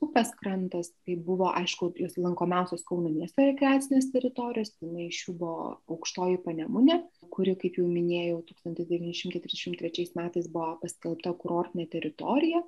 upės krantas tai buvo aišku jos lankomiausios kauno miesto rekreacinės teritorijos viena iš jų buvo aukštoji panemunė kuri kaip jau minėjau tūkstantis devyni šimtai trisdešimt trečiais metais buvo paskelbta kurortine teritorija